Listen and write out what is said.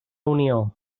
unió